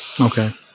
Okay